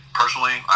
personally